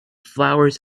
flowers